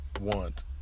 want